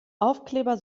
aufkleber